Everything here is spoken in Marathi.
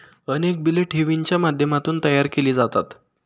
अनेक बिले ठेवींच्या माध्यमातून तयार केली जातात